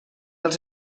als